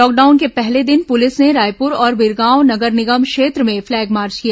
lockdown के पहले दिन पुलिस ने रायपुर और बिरगांव नगर निगम क्षेत्र में फ्लैग मार्च किया